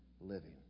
living